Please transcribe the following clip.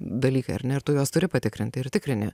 dalykai ar ne ir tu juos turi patikrinti ir tikrini